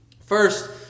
First